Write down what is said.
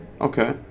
Okay